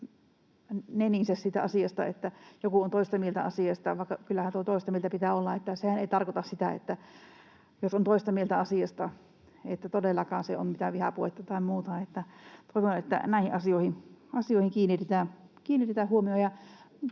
että joku on toista mieltä asiasta, vaikka kyllähän toista mieltä pitää olla ja sehän ei tarkoita sitä, jos on toista mieltä asiasta, että todellakaan se on mitään vihapuhetta tai muuta. Toivon, että näihin asioihin kiinnitetään huomiota.